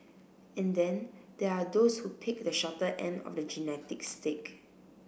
and then there are those who picked the shorter end of the genetic stick